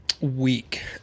week